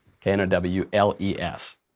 K-N-O-W-L-E-S